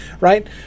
right